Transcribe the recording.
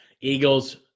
Eagles